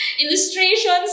Illustrations